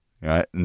right